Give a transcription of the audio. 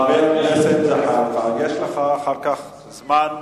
חבר הכנסת זחאלקה, יש לך אחר כך זמן,